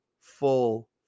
full